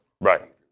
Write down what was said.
Right